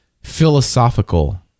philosophical